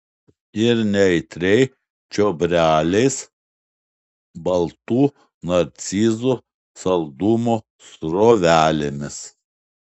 ir neaitriai čiobreliais baltų narcizų saldumo srovelėmis